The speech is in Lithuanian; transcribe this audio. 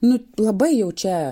nu labai jau čia